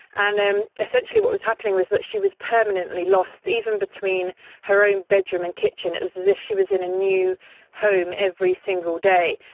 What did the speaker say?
and and essentially what was happening was that she was permanently lost even between her own bedroom and kitchen, it was as if she was in a new home every single day.